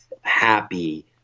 happy